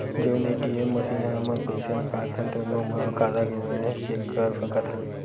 जउन ATM machine म हमन पइसा निकालथन तउनो म खाता के बेलेंस चेक कर सकत हन